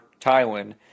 Tywin